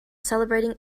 celebrating